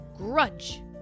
Grudge